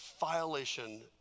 violation